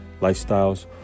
lifestyles